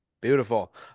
Beautiful